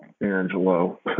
Angelo